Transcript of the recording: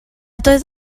doedd